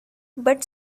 but